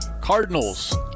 cardinals